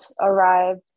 arrive